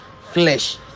flesh